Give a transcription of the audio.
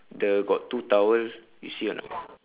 the got two towel you see or not